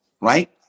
right